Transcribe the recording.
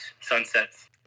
sunsets